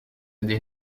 des